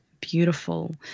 beautiful